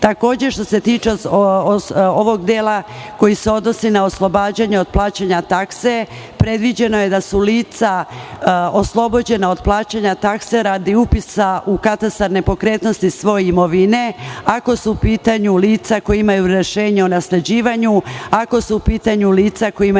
poznati. Što se tiče ovog dela koji se odnosi na oslobađanje od plaćanje takse, predviđeno je da su lica oslobođena od plaćanje takse radi upisa u katastar nepokretnosti svoje imovine, ako su u pitanju lica koja imaju rešenje o nasleđivanju, ako su u pitanju lica kojima